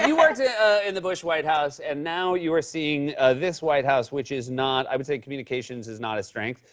and worked in the bush white house, and now you are seeing this white house, which is not i would say communications is not its strength.